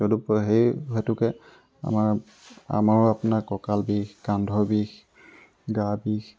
তদুপৰি সেই হেতুকে আমাৰ আমাৰো আপোনাৰ কঁকাল বিষ কান্ধৰ বিষ গা বিষ